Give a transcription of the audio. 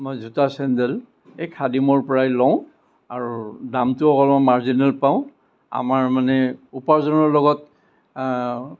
মই জোতা চেন্দেল এই খাদিমৰপৰাই লওঁ আৰু দামটো অলপ মাৰ্জিনেল পাওঁ আমাৰ মানে উপাৰ্জনৰ লগত